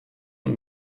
und